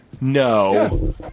No